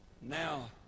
Now